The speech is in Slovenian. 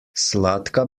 sladka